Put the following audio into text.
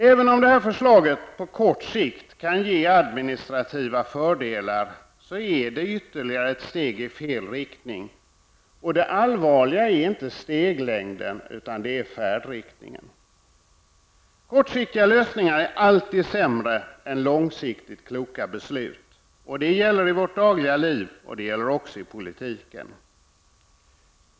Även om det här förslaget på kort sikt kan ge administrativa fördelar är det ytterligare ett steg i fel riktning. Och det allvarliga är inte steglängden utan färdriktningen. Kortsiktiga lösningar är alltid sämre än långsiktigt kloka beslut. Det gäller i vårt dagliga liv, och det gäller också i politiken.